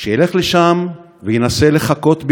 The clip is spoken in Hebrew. שילך לשם וינסה לחקות,